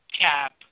cap